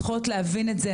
צריכות להבין את זה,